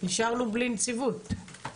נשארנו בלי נציבות.